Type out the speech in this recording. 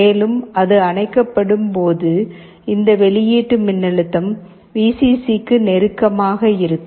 மேலும் அது அணைக்கப்படும் போது இந்த வெளியீட்டு மின்னழுத்தம் விசிசிக்கு நெருக்கமாக இருக்கும்